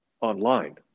online